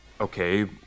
Okay